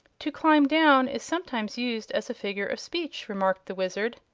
to climb down is sometimes used as a figure of speech, remarked the wizard.